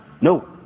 No